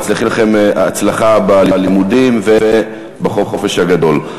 מאחלים לכם הצלחה בלימודים ובחופש הגדול.